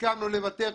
הסכמנו לוותר,